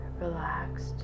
relaxed